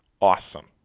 Awesome